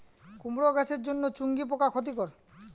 কুমড়ো গাছের জন্য চুঙ্গি পোকা ক্ষতিকর?